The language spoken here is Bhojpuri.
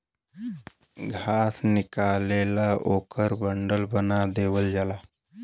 घास निकलेला ओकर बंडल बना देवल जाला